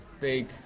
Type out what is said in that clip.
big